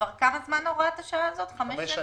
כמה זמן כבר הוראת השעה הזאת, חמש שנים?